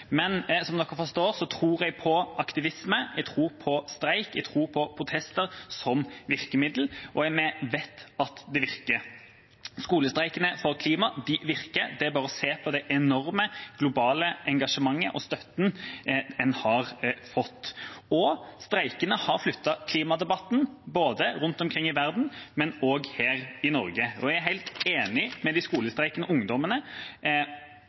Men som dere forstår, tror jeg på aktivisme, jeg tror på streik, jeg tror på protester som virkemiddel, og vi vet at det virker. Skolestreikene for klima virker, det er bare å se på det enorme globale engasjementet og støtten en har fått. Streikene har flyttet klimadebatten rundt omkring i verden, men også her i Norge. Jeg er helt enig med de skolestreikende ungdommene